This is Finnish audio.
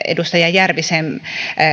edustaja järvisen